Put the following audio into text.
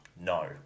No